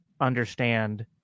understand